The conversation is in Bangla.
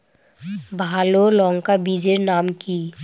ভালো লঙ্কা বীজের নাম কি?